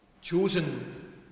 Chosen